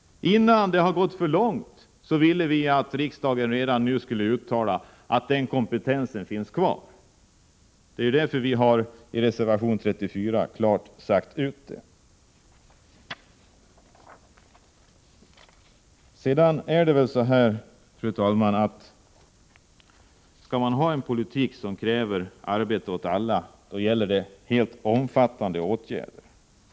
Innan det har gått för långt vill vi att riksdagen uttalar att kompetensen skall finnas kvar. Vi har sagt det i reservation 34. Fru talman! Om man skall ha en politik som kräver arbete åt alla fordras det att man vidtar omfattande åtgärder.